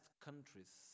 countries